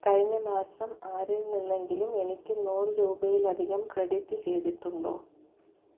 കഴിഞ്ഞ മാസം ആരിൽ നിന്നെങ്കിലും എനിക്ക് നൂറ് രൂപയിൽ അധികം ക്രെഡിറ്റ് ചെയ്തിട്ടുണ്ടോ